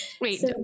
Wait